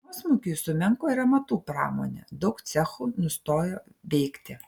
nuosmukiui sumenko ir amatų pramonė daug cechų nustojo veikti